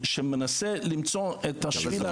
שמנסה למצוא את שביל הזהב,